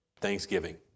thanksgiving